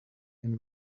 been